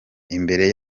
imbere